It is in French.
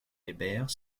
hébert